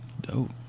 Dope